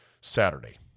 Saturday